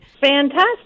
Fantastic